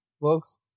works